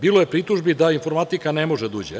Bilo je pritužbi da informatika ne može da uđe.